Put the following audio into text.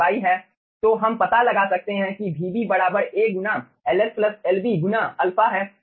तो हम पता लगा सकते हैं कि Vb बराबर A गुना Ls Lb गुना α है